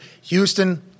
houston